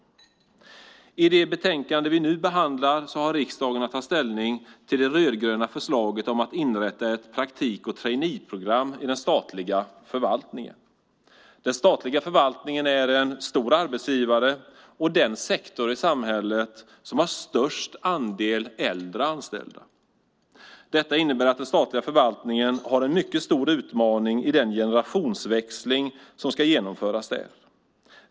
I det betänkande vi nu behandlar har riksdagen att ta ställning till det rödgröna förslaget om att inrätta ett praktik och traineeprogram i den statliga förvaltningen. Den statliga förvaltningen är en stor arbetsgivare och den sektor i samhället som har störst andel äldre anställda. Detta innebär att den statliga förvaltningen har en mycket stor utmaning i den generationsväxling som ska genomföras där.